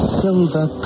silver